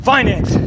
Finance